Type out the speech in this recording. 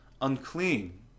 unclean